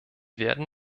werden